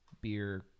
beer